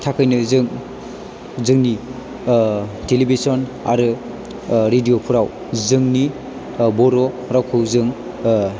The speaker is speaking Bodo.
थाखायनो जों जोंनि टिलिभिसन आरो रिडिअफोराव जोंनि बर' रावखौ जों